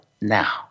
now